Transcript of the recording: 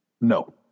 No